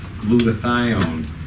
glutathione